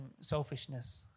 selfishness